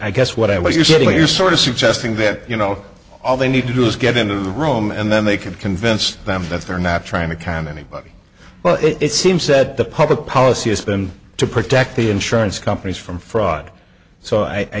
i guess what i what you're saying you're sort of suggesting that you know all they need to do is get into the room and then they could convince them that they're not trying to con anybody but it seems that the public policy has been to protect the insurance companies from fraud so i